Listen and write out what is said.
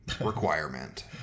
requirement